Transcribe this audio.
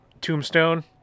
Tombstone